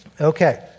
Okay